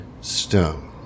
stone